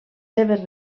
seves